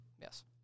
Yes